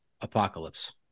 apocalypse